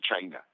China